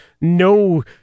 no